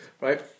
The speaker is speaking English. right